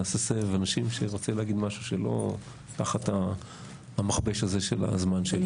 נעשה סבב אנשים שרוצים להגיד משהו שלא תחת המכבש הזה של הזמן.